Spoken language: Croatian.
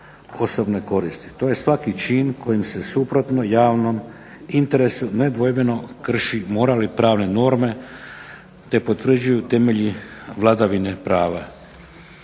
osobne koristi. To je svaki čin kojim se suprotno javnom interesu nedvojbeno krši moral i pravne norme te potvrđuju temelji vladavine prava.